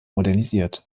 modernisiert